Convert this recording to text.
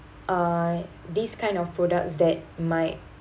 uh this kind of products that might